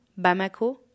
Bamako